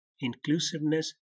inclusiveness